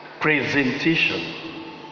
presentation